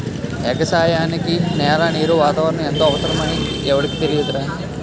ఎగసాయానికి నేల, నీరు, వాతావరణం ఎంతో అవసరమని ఎవుడికి తెలియదురా